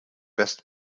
best